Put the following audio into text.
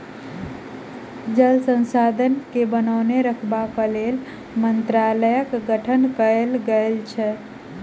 जल संसाधन के बनौने रखबाक लेल मंत्रालयक गठन कयल गेल अछि